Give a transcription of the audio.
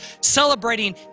celebrating